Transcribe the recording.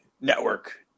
network